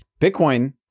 Bitcoin